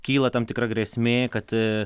kyla tam tikra grėsmė kad